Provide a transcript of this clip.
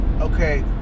Okay